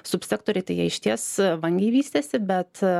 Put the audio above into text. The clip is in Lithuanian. subsektoriai tai jie išties vangiai vystėsi bet